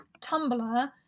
Tumblr